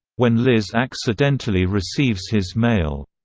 when liz accidentally receives his mail.